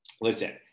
listen